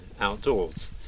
outdoors